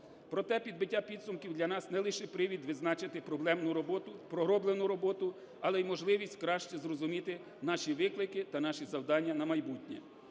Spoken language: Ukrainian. Проте підбиття підсумків для нас – не лише привід відзначити проблемну роботу, пророблену роботу, але й можливість краще зрозуміти наші виклики та наші завдання на майбутнє.